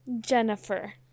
Jennifer